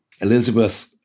Elizabeth